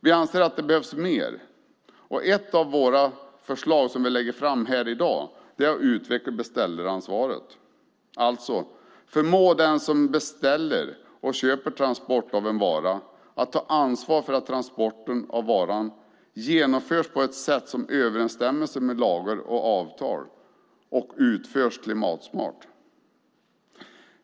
Vi anser att det behövs mer, och ett av de förslag vi lägger fram här i dag är att utveckla beställaransvaret. Det handlar alltså om att förmå den som beställer och köper transport av en vara att ta ansvar för att transporten av varan genomförs på ett sätt som överensstämmer med lagar och avtal och utförs klimatsmart.